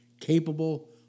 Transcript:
capable